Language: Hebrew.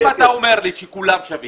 אם אתה אומר לי שכולם שווים,